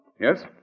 Yes